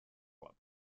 club